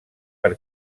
per